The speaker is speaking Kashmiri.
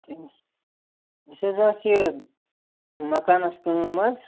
اَسہِ حظ آسہٕ یہِ مَکانَس کٲم حظ